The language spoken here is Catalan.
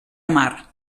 mar